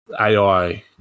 AI